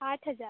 आठ हज़ार